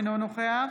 אינו נוכח